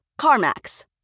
CarMax